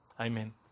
Amen